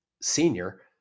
senior